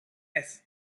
tres